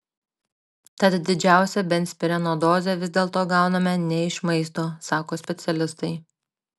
tad didžiausią benzpireno dozę vis dėlto gauname ne iš maisto sako specialistai